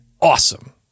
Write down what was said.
awesome